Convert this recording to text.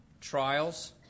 trials